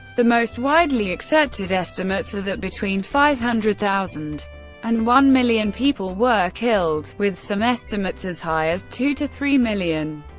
the most widely accepted estimates are that between five hundred thousand and one million people were killed, with some estimates as high as two to three million.